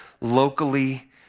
locally